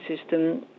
system